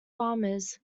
farmers